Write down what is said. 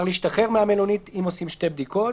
להשתחרר מהמלונית אם עושים שתי בדיקות.